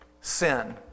sin